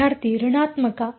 ವಿದ್ಯಾರ್ಥಿ ಋಣಾತ್ಮಕ